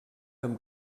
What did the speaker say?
amb